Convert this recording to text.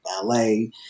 ballet